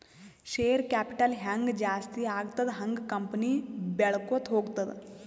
share capital ಹ್ಯಾಂಗ್ ಜಾಸ್ತಿ ಆಗ್ತದ ಹಂಗ್ ಕಂಪನಿ ಬೆಳ್ಕೋತ ಹೋಗ್ತದ